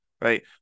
Right